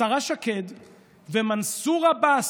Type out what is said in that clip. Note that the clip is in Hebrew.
השרה שקד ומנסור עבאס,